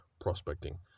prospecting